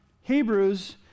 Hebrews